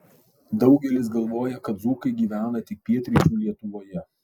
daugelis galvoja kad dzūkai gyvena tik pietryčių lietuvoje